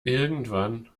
irgendwann